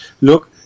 look